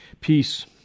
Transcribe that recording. peace